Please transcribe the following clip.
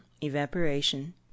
evaporation